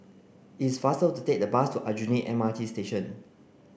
it's faster to take the bus to Aljunied M R T Station